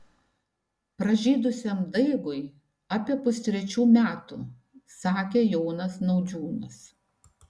pražydusiam daigui apie pustrečių metų sakė jonas naudžiūnas